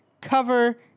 cover